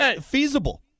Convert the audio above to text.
feasible